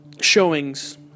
showings